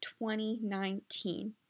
2019